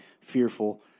fearful